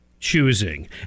choosing